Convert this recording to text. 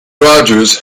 rodgers